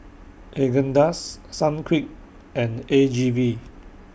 Haagen Dazs Sunquick and A G V